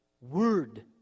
word